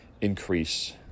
increase